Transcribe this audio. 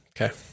Okay